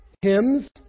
hymns